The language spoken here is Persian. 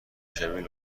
شبیه